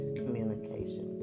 communication